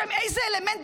בשם איזה אלמנט?